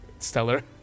Stellar